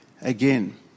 again